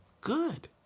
good